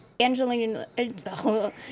Angelina